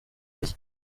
rishya